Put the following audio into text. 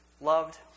loved